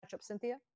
Cynthia